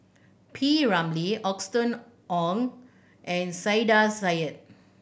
P Ramlee Austen Ong and Saiedah Said